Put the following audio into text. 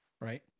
right